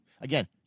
Again